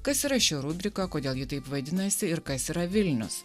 kas yra ši rubrika kodėl ji taip vadinasi ir kas yra vilnius